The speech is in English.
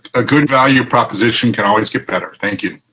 a good value proposition can always get better. thank you.